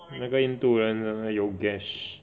那个印度人 Yogesh